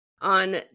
On